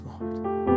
Lord